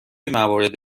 موارد